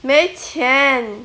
没钱